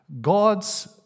God's